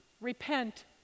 Repent